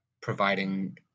providing